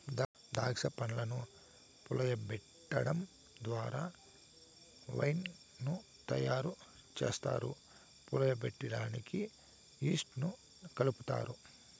దాక్ష పండ్లను పులియబెటడం ద్వారా వైన్ ను తయారు చేస్తారు, పులియడానికి ఈస్ట్ ను కలుపుతారు